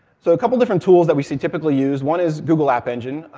so a couple different tools that we see typically used one is google app engine,